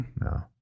No